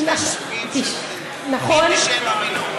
זה שני סוגים, זה מין בשאינו מינו.